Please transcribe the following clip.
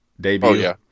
debut